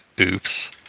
oops